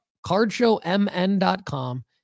cardshowmn.com